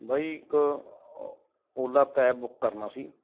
ਬਾਈ ਇੱਕ Ola cab book ਕਰਨਾ ਸੀ